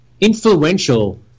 influential